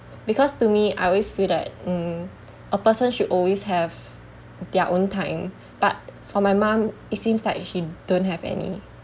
because to me I always feel that mm a person should always have their own time but for my mum it seems like she don't have any